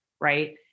right